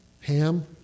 ham